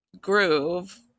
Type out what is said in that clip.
groove